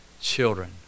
children